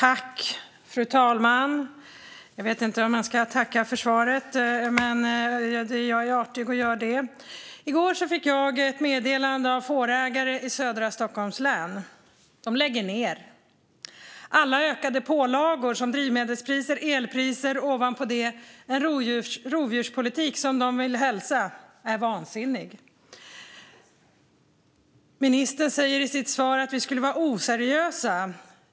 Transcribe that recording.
Fru talman! Jag vet inte om man ska tacka för svaret, men jag är artig och gör det. I går fick jag ett meddelande från fårägare i södra Stockholms län. De lägger ned. Det handlar om alla ökade pålagor, drivmedelspriser, elpriser och ovanpå detta en rovdjurspolitik som, vill de hälsa, är vansinnig. Ministern säger i sitt svar att vi skulle vara oseriösa.